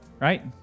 right